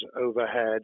overhead